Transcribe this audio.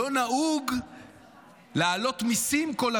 לא נהוג להעלות מיסים כל הזמן,